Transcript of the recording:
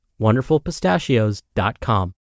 WonderfulPistachios.com